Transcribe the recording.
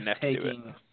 taking